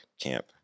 camp